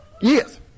Yes